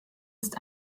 ist